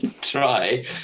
try